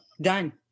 Done